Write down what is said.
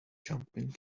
jumping